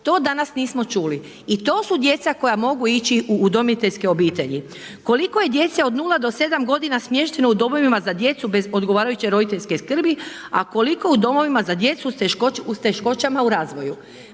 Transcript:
to danas nismo čuli i to su djeca koja mogu ići u udomiteljske obitelji. Koliko je djece od 0 do 7 godina smješteno u domovima za djecu bez odgovarajuće roditeljske srbi, a koliko u domovima za djecu s teškoćama u razvoju,